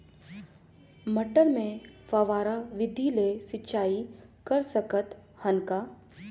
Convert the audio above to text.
मटर मे फव्वारा विधि ले सिंचाई कर सकत हन का?